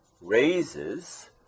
raises